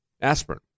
aspirin